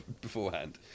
beforehand